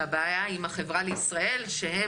שהבעיה עם החברה לישראל שהם,